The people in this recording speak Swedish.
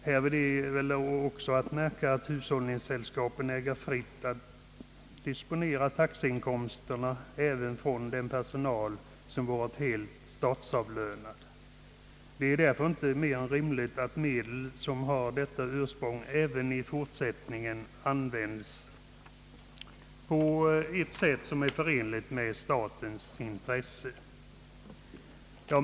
Härvid är också att märka, att hushållningssällskapen äger att fritt disponera taxeinkomsterna även från den personal som varit helt statsavlönad. Det är därför inte mer än rimligt att medel, som har detta ursprung, även i fortsättningen används på ett sätt som är förenligt med statens intresse. Herr talman!